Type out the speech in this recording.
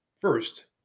First